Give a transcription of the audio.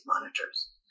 monitors